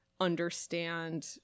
understand